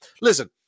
Listen